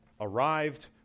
arrived